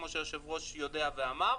כמו שהיושב-ראש יודע ואמר,